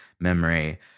memory